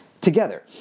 together